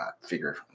figure